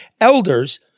elders